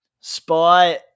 spy